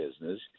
business